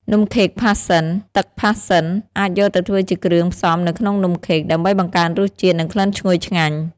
នំខេកផាសសិន ទឹកផាសសិនអាចយកទៅធ្វើជាគ្រឿងផ្សំនៅក្នុងនំខេក ដើម្បីបង្កើនរសជាតិ និងក្លិនឈ្ងុយឆ្ងាញ់។